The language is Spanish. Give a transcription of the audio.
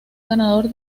ganador